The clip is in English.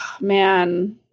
man